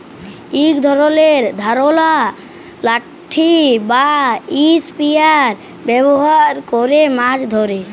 ইক ধরলের ধারালো লাঠি বা ইসপিয়ার ব্যাভার ক্যরে মাছ ধ্যরে